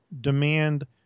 demand